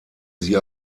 sie